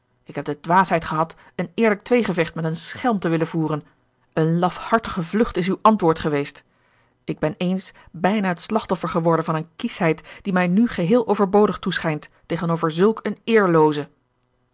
ik heb de dwaasheid gehad een eerlijk tweegevecht met een schelm te willen voeren eene lafhartige vlugt is uw antwoord geweest ik ben ééns bijna het slagtoffer geworden van eene kieschheid die mij nu geheel overbodig toeschijnt tegenover zulk een eerlooze